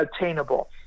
attainable